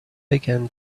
began